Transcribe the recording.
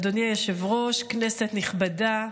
אדוני היושב-ראש, כנסת נכבדה,